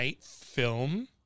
film